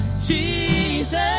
Jesus